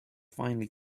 finally